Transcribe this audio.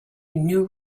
new